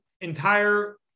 entire